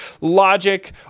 logic